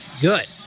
good